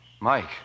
Mike